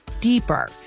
deeper